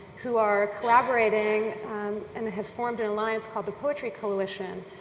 who are collaborating and have formed an alliance called the poetry coalition.